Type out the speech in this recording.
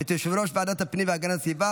את יושב-ראש ועדת הפנים והגנת הסביבה